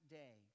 day